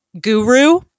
guru